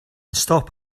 stop